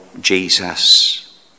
Jesus